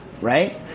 Right